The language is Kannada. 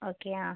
ಓಕೆ ಹಾಂ